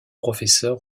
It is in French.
professeur